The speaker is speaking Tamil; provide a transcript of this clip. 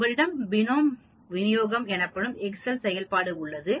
உங்களிடம் பினோம் விநியோகம் எனப்படும் எக்செல் செயல்பாடு உள்ளது